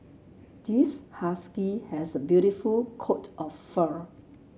this husky has a beautiful coat of fur